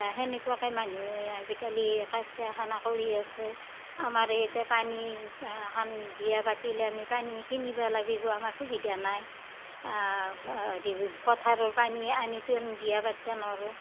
তেনেকুৱাকে মানহুই আজিকালি কাজ কাৰখানা কৰি আছে আমাৰে ইতা পানী এখন বিয়া পাতিলি আমি পানী কিনিবা লাগিব আমাৰ সুবিধা নাই দি পথাৰৰ পানী আনিতো আমি বিয়া পাতিব ন'ৰো